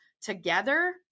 together